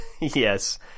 Yes